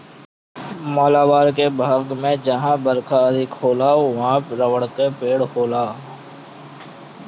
मालाबार के भाग में जहां बरखा अधिका होला उहाँ रबड़ के पेड़ होला